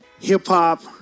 hip-hop